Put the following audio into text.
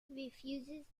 refuses